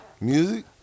Music